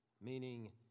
Meaning